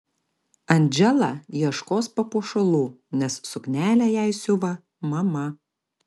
andžela ieškos papuošalų nes suknelę jai siuva mama